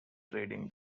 trading